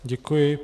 Děkuji.